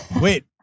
Wait